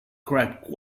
cracked